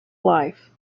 life